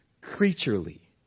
creaturely